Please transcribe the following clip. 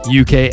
uk